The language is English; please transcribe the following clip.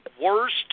worst